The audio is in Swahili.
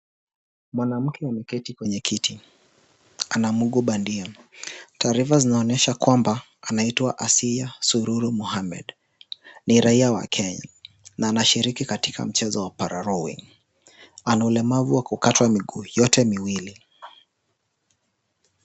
Mwanamke ameketi kwenye kiti ana mguu bandia, taarifa zinaonyesha ya kwamba anaitwa Asiya Sururu mohammed , ni raia wa Kenya na anashiriki katika mchezo wa para rowing . Ana ulemavu wa kukatwa miguu yote miwili.